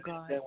God